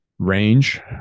range